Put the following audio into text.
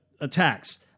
attacks